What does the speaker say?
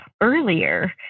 earlier